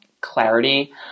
clarity